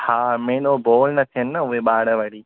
हा मेन उहो बोर न थियनि न उहे ॿार वरी